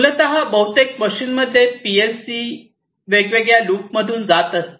मूलतः बहुतेक मशीनमध्ये पीएलसी वेगवेगळ्या लूप मधून जात असते